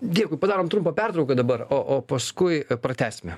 dėkui padarom trumpą pertrauką dabar o o paskui pratęsime